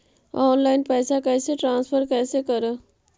Online पैसा कैसे transfer कैसे कर?